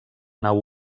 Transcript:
nau